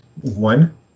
one